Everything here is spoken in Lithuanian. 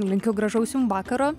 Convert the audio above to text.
linkiu gražaus jum vakaro